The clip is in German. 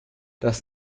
das